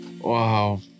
Wow